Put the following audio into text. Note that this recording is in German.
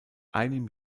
einem